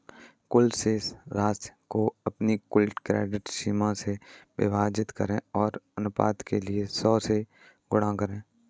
कुल शेष राशि को अपनी कुल क्रेडिट सीमा से विभाजित करें और अनुपात के लिए सौ से गुणा करें